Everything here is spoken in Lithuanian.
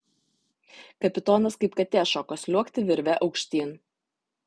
kapitonas kaip katė šoko sliuogti virve aukštyn